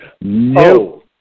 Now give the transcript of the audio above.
No